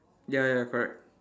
ya ya correct